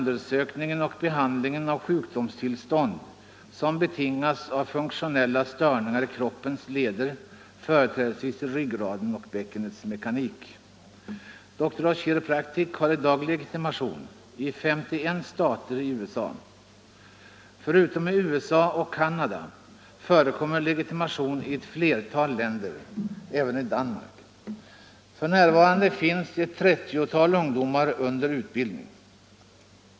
Doctors of Chiropractic har i dag legitimation i 51 stater i USA. Förutom i USA och Canada förekommer legitimation i ett flertal länder, även i Danmark. F.n. är ett 30-tal ungdomar under utbildning.